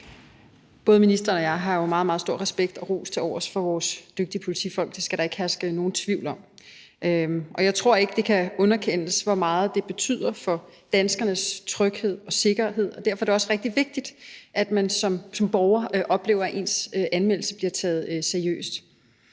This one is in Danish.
Både ministeren og jeg har jo meget, meget stor respekt og ros tilovers for vores dygtige politifolk. Det skal der ikke herske nogen tvivl om. Jeg tror ikke, det kan underkendes, hvor meget det betyder for danskernes tryghed og sikkerhed, og derfor er det også rigtig vigtigt, at man som borger oplever, at ens anmeldelse bliver taget seriøst.